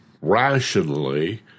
rationally